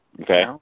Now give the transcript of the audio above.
Okay